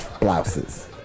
Blouses